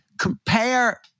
compare